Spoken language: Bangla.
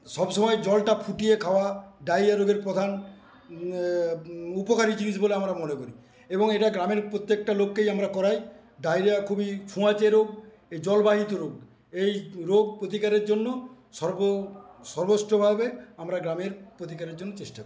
সবসময়ে জলটা ফুটিয়ে খাওয়া ডায়রিয়া রোগের প্রধান এ উপকারী জিনিস বলে আমরা মনে করি এবং এইটা গ্রামের প্রত্যেকটা লোককেই আমরা করাই ডায়রিয়া খুবই ছোঁয়াচে রোগ এ জলবাহিত রোগ এই রোগ প্রতিকারের জন্য সর্ব সর্বষ্টভাবে আমরা গ্রামের প্রতিকারের জন্য চেষ্টা করি